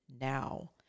now